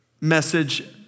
message